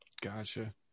gotcha